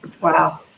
Wow